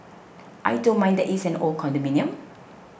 I don't mind that it is an old condominium